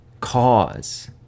cause